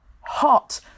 Hot